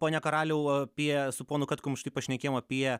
pone karaliau apie su ponu kaktkum štai pašnekėjom apie